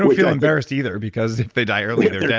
and feel embarrassed either because if they die early they're